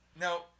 No